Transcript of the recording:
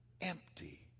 empty